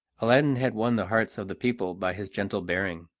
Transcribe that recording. aladdin had won the hearts of the people by his gentle bearing.